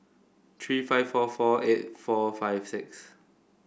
three five four four eight four five six